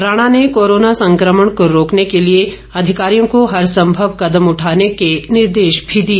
राणा ने कोर्रोना संकमण को रोकने के लिए अधिकारियों को हर संभव कदम उठाने के निर्देश भी दिए